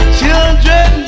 children